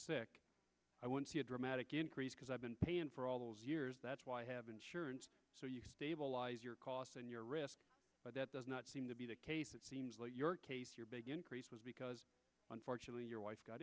sick i would see a dramatic increase because i've been paying for all those years that's why i have insurance your costs and your risk but that does not seem to be the case it seems like your case your big increase was because unfortunately your wife got